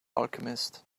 alchemist